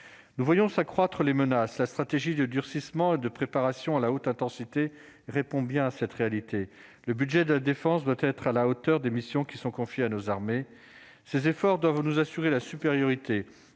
nous voyons s'accroître les menaces, la stratégie de durcissement de préparation à la haute intensité répond bien à cette réalité, le budget de la défense doit être à la hauteur des missions qui sont confiées à nos armées, ces efforts doivent nous assurer la supériorité,